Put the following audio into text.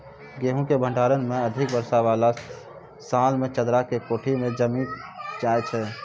गेहूँ के भंडारण मे अधिक वर्षा वाला साल मे चदरा के कोठी मे जमीन जाय छैय?